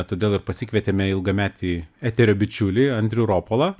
todėl ir pasikvietėme ilgametį eterio bičiulį andrių ropolą